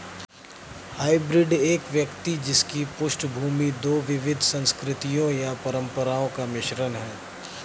hybrid एक व्यक्ति जिसकी पृष्ठभूमि दो विविध संस्कृतियों या परंपराओं का मिश्रण है